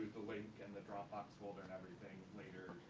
the link and the dropbox folder and everything later